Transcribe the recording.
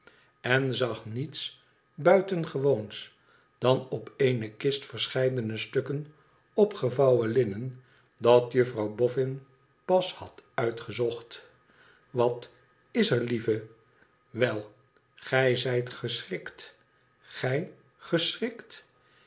en zag niets buitengewoons dan op eene kist verscheidene stukken opgevouwen linnen dat juffrouw boffin pas had uitgezocht wat is er lieve wel gij zijt geschrikt gij geschrikt